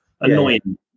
annoying